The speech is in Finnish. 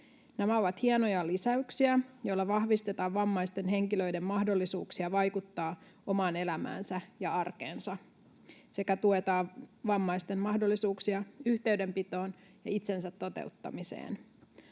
Nämä ovat hienoja lisäyksiä, joilla vahvistetaan vammaisten henkilöiden mahdollisuuksia vaikuttaa omaan elämäänsä ja arkeensa sekä tuetaan vammaisten mahdollisuuksia yhteydenpitoon ja itsensä toteuttamiseen.